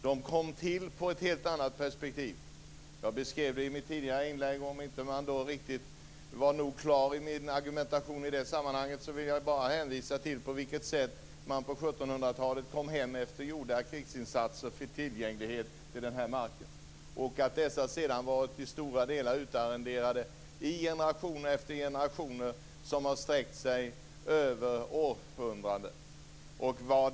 Jag beskrev detta i mitt tidigare inlägg. Om jag inte var helt klar i min argumentation i det sammanhanget, vill jag hänvisa till hur det gick till på 1700-talet när man kom hem efter gjorda krigsinsatser och fick tillgång till marken. Dessa marker har sedan till stora delar varit utarrenderade i generation efter generation över århundraden.